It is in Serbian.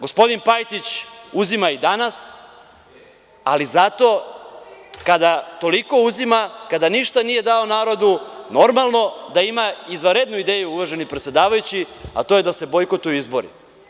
Gospodin Pajtić uzima i danas, ali zato kad toliko uzima, kada ništa nije dao narodu, normalno da ima izvanrednu ideju, gospodine predsedavajući, a to je da se bojkotuju izbori.